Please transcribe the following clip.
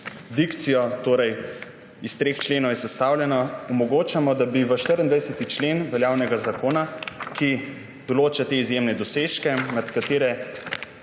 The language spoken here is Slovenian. dikcijo, iz treh členov je sestavljena, omogočamo, da bi v 24. člen veljavnega Zakona, ki določa te izjemne dosežke, med katere